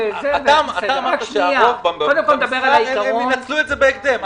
אמרת שהרוב במסחר ינצלו את זה בהקדם.